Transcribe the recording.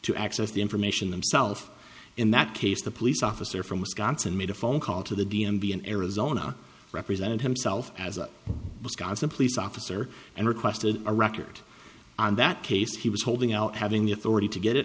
to access the information themself in that case the police officer from wisconsin made a phone call to the d m v in arizona represented himself as a wisconsin police officer and requested a record on that case he was holding out having the authority to get it